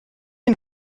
and